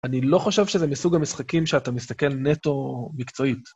אני לא חושב שזה מסוג המשחקים שאתה מסתכל נטו-מקצועית.